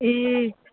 ए